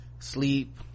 sleep